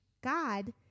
God